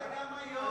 זה גם היום.